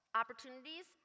opportunities